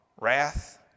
wrath